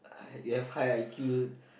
you have high I_Q